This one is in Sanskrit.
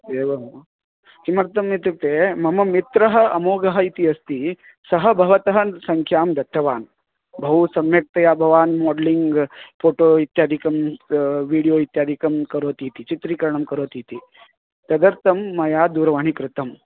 एवं वा किमर्थम् इत्युक्ते मम मित्रम् अमोगः इति अस्ति सः भवतः सङ्ख्यां दत्तवान् बहु सम्यक्तया भवान् मोड्लिङ्ग् फ़ोटो इत्यादिकं वीडियो इत्यादिकं करोति इति चित्रीकरणं करोति इति तदतं मया दूरवाणी कृतं